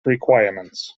requirements